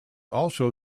also